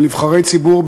של נבחרי ציבור,